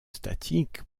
statiques